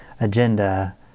agenda